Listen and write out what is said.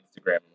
Instagram